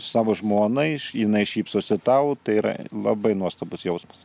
savo žmonai jinai šypsosi tau tai yra labai nuostabus jausmas